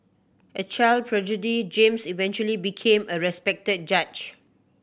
a child prodigy James eventually became a respected judge